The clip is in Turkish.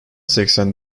seksen